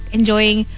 Enjoying